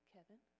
Kevin